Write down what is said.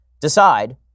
decide